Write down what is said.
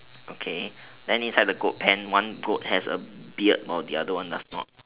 okay then inside the goat pen one goat has a beard while the other one does not